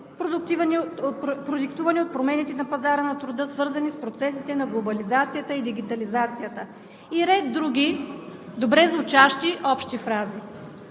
продиктувани от промените на пазара на труда, свързани с процесите на глобализацията и дигитализацията, и ред други, добре звучащи общи фрази.